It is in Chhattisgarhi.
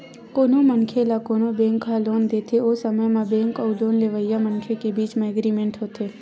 कोनो मनखे ल कोनो बेंक ह लोन देथे ओ समे म बेंक अउ लोन लेवइया मनखे के बीच म एग्रीमेंट होथे